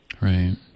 Right